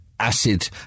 acid